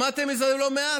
שמעתם את זה לא מעט,